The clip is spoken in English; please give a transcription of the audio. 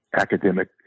academic